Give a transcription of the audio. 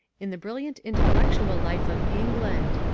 in the brilliant intellectual life of england.